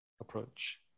approach